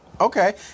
okay